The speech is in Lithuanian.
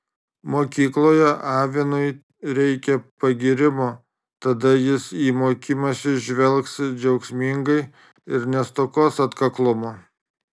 mokykloje avinui reikia pagyrimo tada jis į mokymąsi žvelgs džiaugsmingai ir nestokos atkaklumo